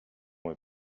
mais